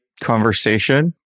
conversation